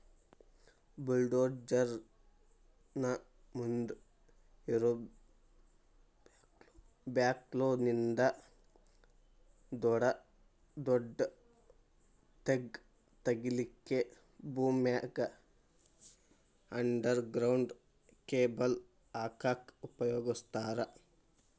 bulldozer ನ ಮುಂದ್ ಇರೋ ಬ್ಯಾಕ್ಹೊ ನಿಂದ ದೊಡದೊಡ್ಡ ತೆಗ್ಗ್ ತಗಿಲಿಕ್ಕೆ ಭೂಮ್ಯಾಗ ಅಂಡರ್ ಗ್ರೌಂಡ್ ಕೇಬಲ್ ಹಾಕಕ್ ಉಪಯೋಗಸ್ತಾರ